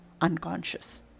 unconscious